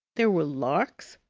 there were larks,